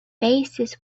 faces